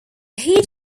heat